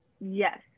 Yes